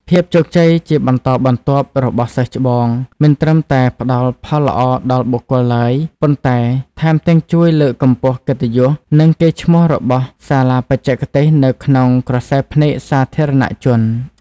ភាពជោគជ័យជាបន្តបន្ទាប់របស់សិស្សច្បង មិនត្រឹមតែផ្ដល់ផលល្អដល់បុគ្គលឡើយ ប៉ុន្តែថែមទាំងជួយលើកកម្ពស់កិត្តិយស និងកេរ្តិ៍ឈ្មោះរបស់សាលាបច្ចេកទេសនៅក្នុងក្រសែភ្នែកសាធារណជន។